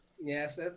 Yes